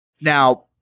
Now